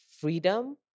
freedom